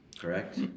Correct